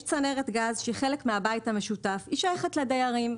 יש צנרת גז שהיא חלק מהבית המשותף והיא שייכת לדיירים,